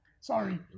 Sorry